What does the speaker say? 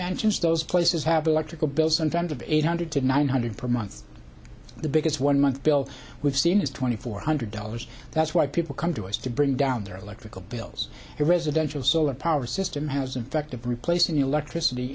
mansions those places have electrical bills in front of eight hundred to nine hundred per month the biggest one month bill we've seen is twenty four hundred dollars that's why people come to us to bring down their electrical bills a residential solar power system has infected replacing electricity